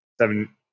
seven